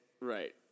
Right